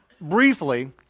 briefly